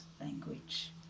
language